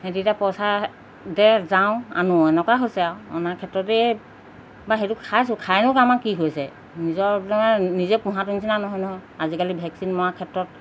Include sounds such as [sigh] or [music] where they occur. সিহঁতে এতিয়া পইচা দে যাওঁ আনো এনেকুৱা হৈছে আৰু অনাৰ ক্ষেত্ৰতে বা সেইটো খাইছোঁ খাইনো আমাৰ কি হৈছে নিজৰ [unintelligible] নিজে পোহাটো নিচিনা নহয় নহয় আজিকালি ভেকচিন মৰা ক্ষেত্ৰত